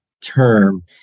Term